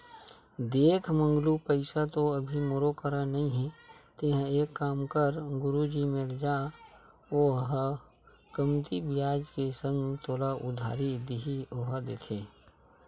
देख मंगलू पइसा तो अभी मोरो करा नइ हे तेंहा एक काम कर गुरुजी मेर जा ओहा कमती बियाज के संग तोला उधारी दिही ओहा देथे